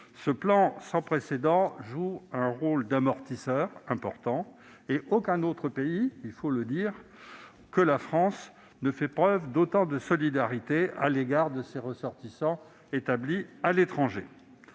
Ce plan sans précédent joue un rôle d'amortisseur important : aucun autre pays que la France n'a fait preuve d'autant de solidarité à l'égard de ses ressortissants établis à l'étranger,